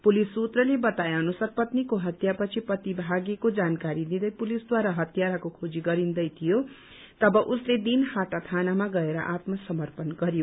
police सूत्रले बताए अनुसार पत्नीको हत्या पछि पति भागेको जानकारी दिँदै पुलिसद्वारा हत्याराको खोजी गरिन्दै थियो तब उसले दिनहाटा थानामा गएर आत्म समर्पण गरयो